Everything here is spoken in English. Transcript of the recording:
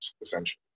essentially